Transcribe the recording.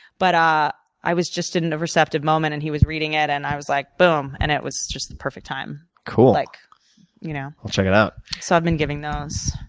but i i was just in a receptive moment and he was reading it, and i was like boom, and it was just the perfect time. cool. like you know i'll check it out. so i've been giving those.